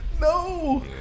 No